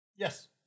Yes